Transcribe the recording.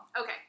Okay